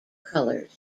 colors